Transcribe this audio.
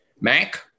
Mac